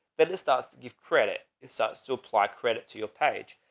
but this starts to give credit. it starts to apply credit to your page.